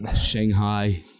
Shanghai